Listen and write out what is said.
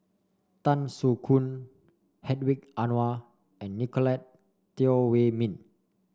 Tan Soo Khoon Hedwig Anuar and Nicolette Teo Wei Min